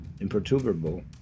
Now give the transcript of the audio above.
imperturbable